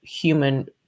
human